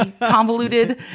convoluted